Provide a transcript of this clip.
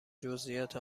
جزئیات